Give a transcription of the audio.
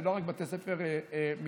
ולא רק בתי ספר מגזריים.